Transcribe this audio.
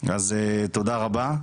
אז תודה רבה.